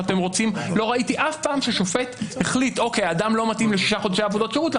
אף פעם לא ראיתי ששופט החליט שאדם לא מתאים לשישה חודשי עבודות שירות,